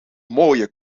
mooie